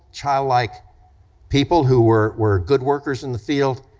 childlike people who were were good workers in the field,